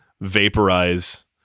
vaporize